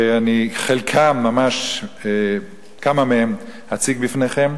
שכמה מהם אציג בפניכם,